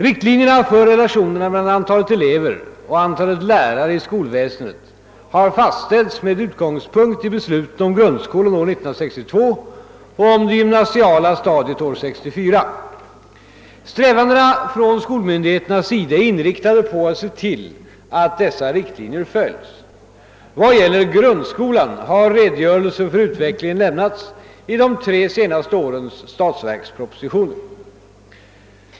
Riktlinjerna för relationerna mellan antalet elever och antalet lärare i skolväsendet har fastställts med utgångspunkt i besluten om grundskolan år 1962 och om det gymnasiala stadiet år 1964. Strävandena från skolmyndigheternas sida är inriktade på att se till att dessa riktlinjer följs. Vad gäller grundskolan har redogörelser för utvecklingen lämnats i de tre senaste årens statsverkspropositioner.